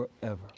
forever